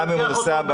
כן.